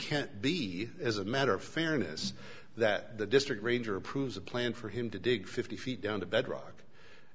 can't be as a matter of fairness that the district ranger approves a plan for him to dig fifty feet down to bedrock